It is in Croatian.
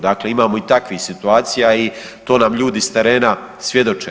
Dakle, imamo i takvih situacija i to nam ljudi s terena svjedoče.